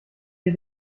mir